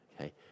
okay